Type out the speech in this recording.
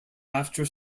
after